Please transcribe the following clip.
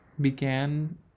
began